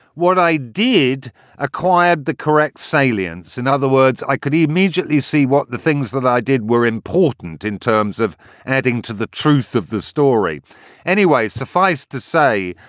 what i did acquired the correct salience. in other words, i could immediately see what the things that i did were important in terms of adding to the truth of the story anyway. suffice to say,